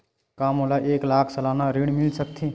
का मोला एक लाख सालाना ऋण मिल सकथे?